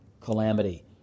calamity